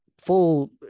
full